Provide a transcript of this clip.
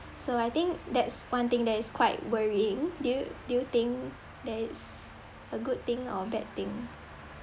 so I think that's one thing that is quite worrying do you do you think that is a good thing or bad thing